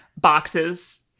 boxes